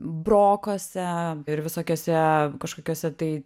brokuose ir visokiuose kažkokiuose tai